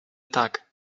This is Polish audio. tak